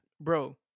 Bro